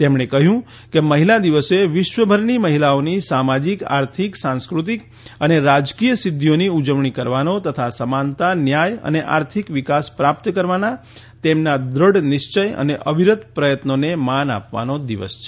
તેમણે કહ્યું કે મહિલા દિવસે વિશ્વભરની મહિલાઓની સામાજીક આર્થિક સાંસ્કૃતિક અને રાજકીય સીધ્ધીઓની ઉજવણી કરવાનો તથા સમાનતા ન્યાય અને આર્થિક વિકાસ પ્રાપ્ત કરવાના તેમના દ્વઢ નિશ્વય અને અવિરત પ્રયત્નોને માન આપવાનો દિવસ છે